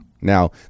Now